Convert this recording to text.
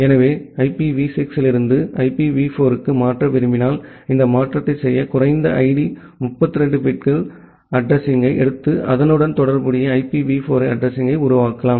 எனவே ஐபிவி 6 இலிருந்து ஐபிவி 4 க்கு மாற்ற விரும்பினால் இந்த மாற்றத்தை செய்ய குறைந்த ஐடி 32 பிட் அட்ரஸிங்யை எடுத்து அதனுடன் தொடர்புடைய ஐபிவி 4 அட்ரஸிங்யை உருவாக்கலாம்